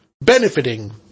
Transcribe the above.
benefiting